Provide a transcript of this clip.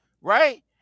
right